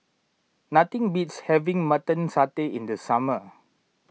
nothing beats having Mutton Satay in the summer